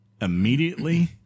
immediately